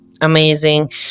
Amazing